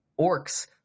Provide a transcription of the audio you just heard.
orcs